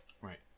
Right